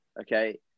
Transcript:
Okay